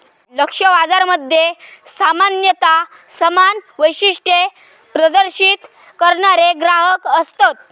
लक्ष्य बाजारामध्ये सामान्यता समान वैशिष्ट्ये प्रदर्शित करणारे ग्राहक असतत